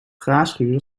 graanschuren